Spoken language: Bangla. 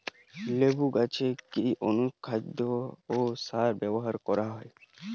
লেবু গাছে কি অনুখাদ্য ও সার ব্যবহার করা হয়?